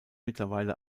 mittlerweile